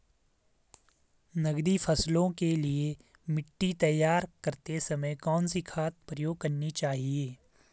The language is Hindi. नकदी फसलों के लिए मिट्टी तैयार करते समय कौन सी खाद प्रयोग करनी चाहिए?